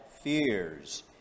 fears